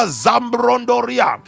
zambrondoria